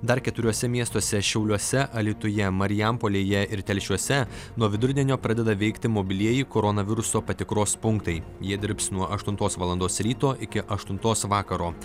dar keturiuose miestuose šiauliuose alytuje marijampolėje ir telšiuose nuo vidurdienio pradeda veikti mobilieji koronaviruso patikros punktai jie dirbs nuo aštuntos valandos ryto iki aštuntos vakaro